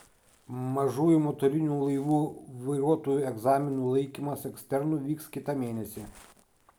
mažųjų motorinių laivų vairuotojų egzaminų laikymas eksternu vyks kitą mėnesį